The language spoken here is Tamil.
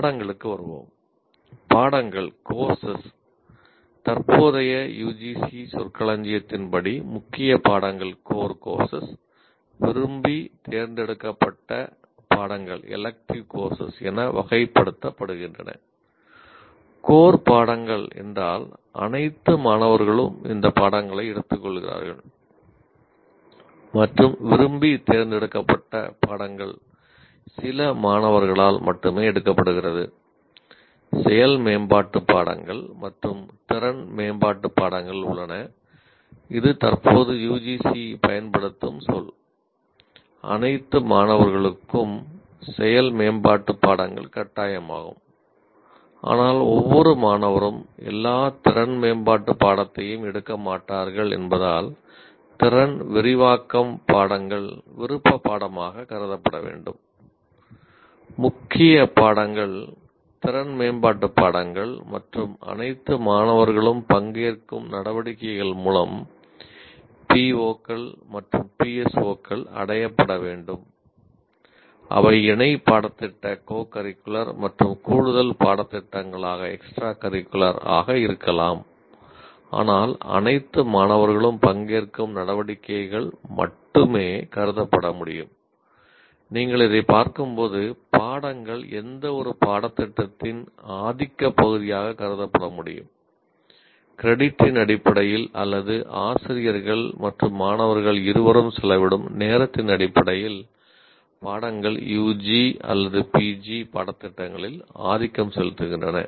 பாடங்களுக்கு வருவோம் பாடங்கள் கருதப்பட வேண்டும் முக்கிய பாடத்திட்டங்களில் ஆதிக்கம் செலுத்துகின்றன